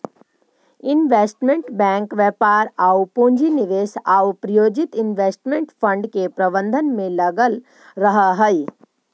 investment bank व्यापार आउ पूंजी निवेश आउ प्रायोजित इन्वेस्टमेंट फंड के प्रबंधन में लगल रहऽ हइ